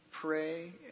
pray